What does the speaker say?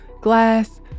glass